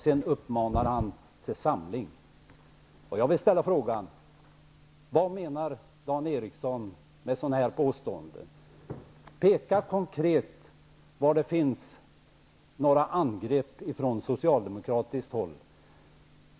Sedan uppmanar Dan Jag vill då ställa frågan: Vad menar Dan Ericsson med sådana påståenden? Peka konkret på vad det finns för angrepp från socialdemokratiskt håll!